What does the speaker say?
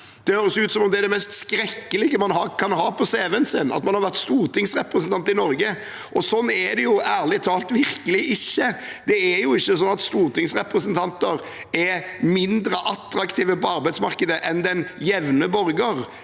Det høres ut som om det er det mest skrekkelige en kan ha på cv-en sin: at en har vært stortingsrepresentant i Norge. Slik er det ærlig talt virkelig ikke. Det er ikke slik at stortingsrepresentanter er mindre attraktive på arbeidsmarkedet enn den jevne borger.